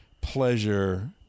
pleasure